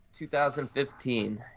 2015